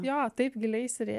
jo taip giliai įsirė